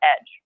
edge